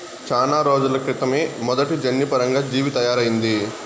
చానా రోజుల క్రితమే మొదటి జన్యుపరంగా జీవి తయారయింది